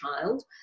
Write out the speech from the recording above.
child